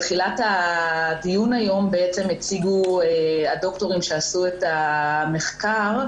בתחילת הדיון היום הציגו הדוקטורים שעשו את המחקר.